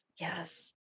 yes